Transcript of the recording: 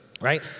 right